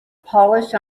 polish